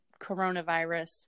coronavirus